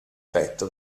petto